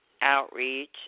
outreach